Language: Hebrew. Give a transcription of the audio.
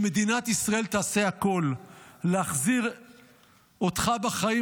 שמדינת ישראל תעשה הכול להחזיר אותך בחיים,